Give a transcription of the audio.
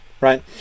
right